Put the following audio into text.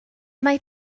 mae